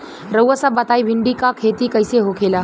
रउआ सभ बताई भिंडी क खेती कईसे होखेला?